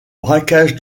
braquage